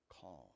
Calm